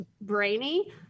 brainy